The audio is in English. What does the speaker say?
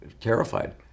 terrified